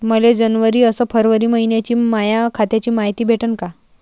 मले जनवरी अस फरवरी मइन्याची माया खात्याची मायती भेटन का?